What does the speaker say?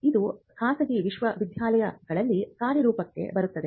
ಇದು ಖಾಸಗಿ ವಿಶ್ವವಿದ್ಯಾಲಯಗಳಲ್ಲಿ ಕಾರ್ಯರೂಪಕ್ಕೆ ಬರುತ್ತದೆ